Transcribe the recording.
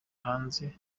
hanze